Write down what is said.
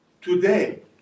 today